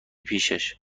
پیشش